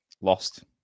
lost